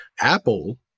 apple